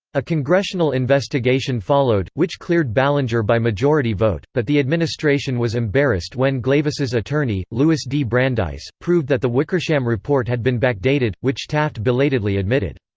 a congressional investigation followed, which cleared ballinger by majority vote, but the administration was embarrassed when glavis' attorney, louis d. brandeis, proved that the wickersham report had been backdated, which taft belatedly admitted.